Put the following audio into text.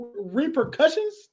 repercussions